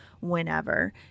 whenever